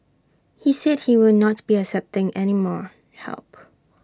he said he will not be accepting any more help